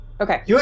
okay